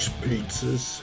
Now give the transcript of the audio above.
pizzas